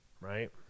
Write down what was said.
right